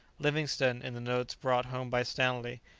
livingstone, in the notes brought home by stanley,